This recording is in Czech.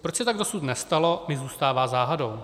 Proč se tak dosud nestalo, mi zůstává záhadou.